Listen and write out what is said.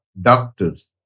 doctors